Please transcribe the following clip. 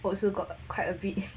also got quite a bit